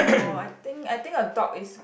no I think I think a dog is